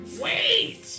Wait